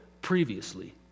previously